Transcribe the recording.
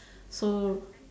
so